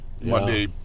monday